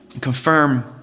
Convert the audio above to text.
confirm